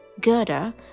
Gerda